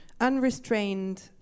unrestrained